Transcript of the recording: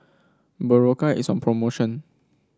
berocca is on promotion